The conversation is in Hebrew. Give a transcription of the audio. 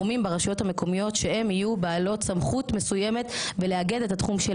שתהיה כתיבת נהלים שיסדירו את הקשר בין